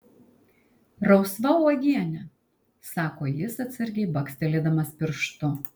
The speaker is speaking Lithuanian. rausva uogienė sako jis atsargiai bakstelėdamas pirštu